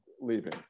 leaving